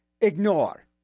ignore